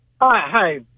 Hi